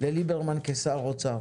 לליברמן כשר האוצר.